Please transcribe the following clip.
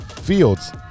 fields